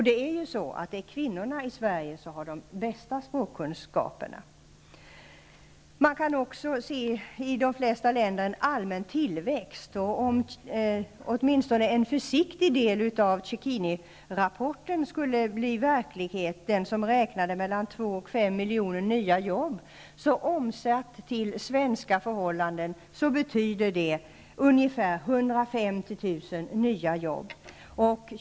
Det är ju kvinnorna i Sverige som har de bästa språkkunskaperna. I de flesta länder kan man också notera en allmän tillväxt. Om åtminstone en försiktigt beräknad del av Cecchinirapporten -- i vilken man räknade med 2--5 miljoner nya jobb -- skulle förverkligas, betyder detta omsatt till svenska förhållanden ungefär 150 000 nya jobb.